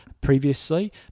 previously